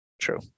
true